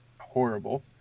horrible